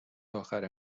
آخر